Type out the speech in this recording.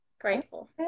Grateful